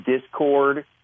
discord